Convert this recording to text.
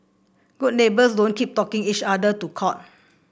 good neighbours don't keep taking each other to court